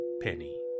penny